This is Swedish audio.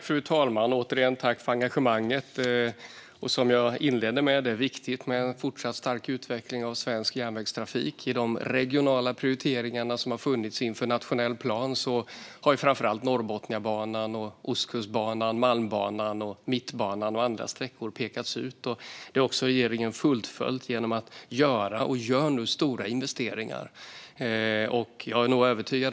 Fru talman! Jag tackar återigen för engagemanget. Som jag inledde med är det viktigt med en fortsatt stark utveckling av svensk järnvägstrafik. I de regionala prioriteringar som har funnits inför nationell plan har framför allt Norrbotniabanan, Ostkustbanan, Malmbanan, Mittbanan och andra sträckor pekats ut. Det har också regeringen fullföljt genom att göra stora investeringar.